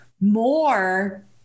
more